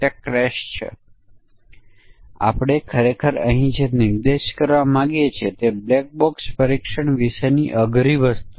હવે આપણે જે મુદ્દાને ધ્યાનમાં લેવાનો પ્રયાસ કરી રહ્યા છીએ તે છે કે આપણે આ બે સમકક્ષ વર્ગોને કેવી રીતે જોડીશું